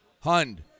Hund